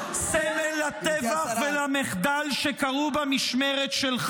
איזה מכוער, כמה אתם מכוערים.